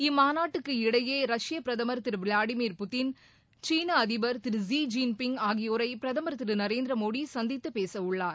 இம்மாநாட்டுக்கு இடையே ரஷ்ய அதிபர் திரு விளாடிமிர் புட்டின் சீன அதிபர் திரு ஸீ ஜின்பிங் ஆகியோரை பிரதமர் திரு நரேந்திர மோடி சந்தித்துப் பேச உள்ளார்